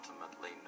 ultimately